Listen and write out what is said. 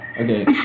Okay